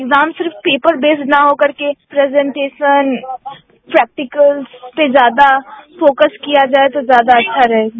exam सिर्फ paper based न हो करके प्रेजेंटेशन प्रैक्टिकल पर फोकस किया जाए तो ज्यादा अच्छा रहेगा